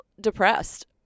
depressed